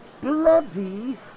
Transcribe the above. Bloody